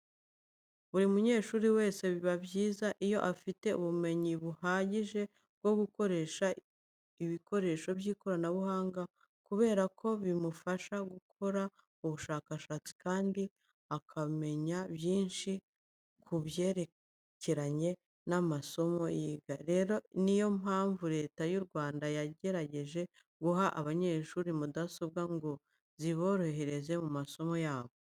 Buri munyeshuri wese biba byiza iyo afite ubumenyi buhagije bwo gukoresha ibikoresho by'ikoranabuhanga kubera ko bimufasha gukora ubushakashatsi kandi akamenya byinshi kubyerekeranye n'amasomo yiga. Rero niyo mpamvu Leta y'u Rwanda yagerageje guha abanyeshuri mudasobwa ngo ziborohereze mu masomo yabo.